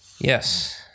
Yes